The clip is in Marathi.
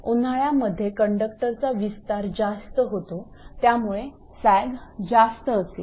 उन्हाळ्यामध्येकंडक्टरचा विस्तार जास्त होतो त्यामुळे सॅग जास्त असेल